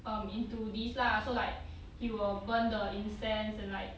um into this lah so like he will burn the incense and like